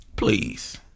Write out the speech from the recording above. Please